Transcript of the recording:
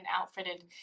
outfitted